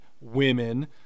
women